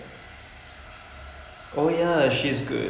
they are the ones who are like now that